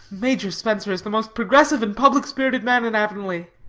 major spencer is the most progressive and public-spirited man in avonlea.